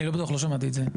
אני לא בטוח, לא שמעתי את זה.